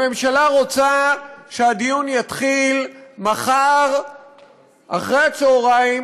הממשלה רוצה שהדיון יתחיל מחר אחרי הצהריים,